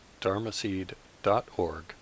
dharmaseed.org